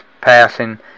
passing